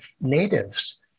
natives